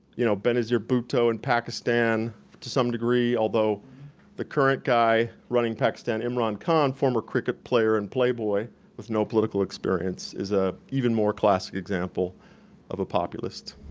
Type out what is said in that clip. you know benazir bhutto in pakistan to some degree, although the current guy running pakistan imran khan former cricket player and playboy with no political experience is an ah even more classic example of a populist.